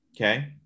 Okay